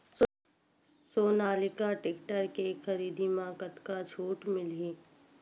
Sonalika tractor के खरीदी मा कतका छूट मीलही?